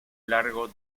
largo